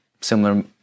similar